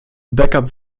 backup